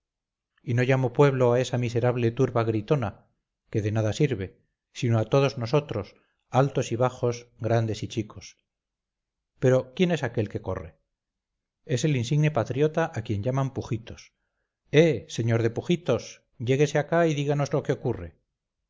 y no llamo pueblo a esa miserable turba gritona que de nada sirve sino a todos nosotros altos y bajos grandes y chicos pero quién es aquel que corre es el insigne patriota a quien llaman pujitos eh sr de pujitos lléguese acá y díganos lo que ocurre